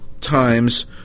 times